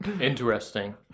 interesting